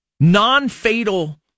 Non-fatal